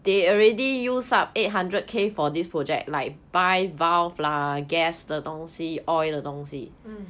mm